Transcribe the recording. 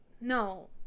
no